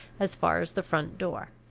as far as the front door.